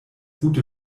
gute